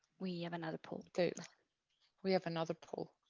we have another poll, do we have another poll?